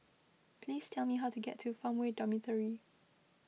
please tell me how to get to Farmway Dormitory